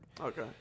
okay